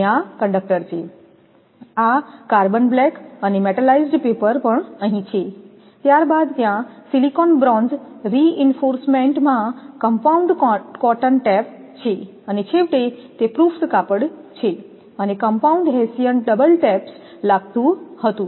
અને આ કંડક્ટર છે આ કાર્બન બ્લેક અને મેટલાઇઝ્ડ પેપર પણ અહીં છે ત્યારબાદ ત્યાં સિલિકોન બ્રોન્ઝ રિઇન્ફોર્સમેન્ટમાં કમ્પાઉન્ડ કોટન ટેપ છે અને છેવટે તે પ્રૂફ્ડ કાપડ છે અને કમ્પાઉન્ડડ હેસિયન ડબલ ટેપ્સ લાગતું હતું